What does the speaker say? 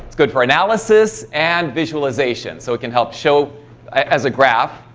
good for analysis and visualization so can help show as a graph